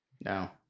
no